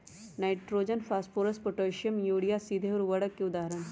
nitrogen, phosphorus, potassium, urea सीधे उर्वरक के उदाहरण हई